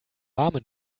warme